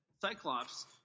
Cyclops